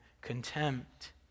contempt